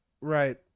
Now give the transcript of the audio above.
Right